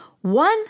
one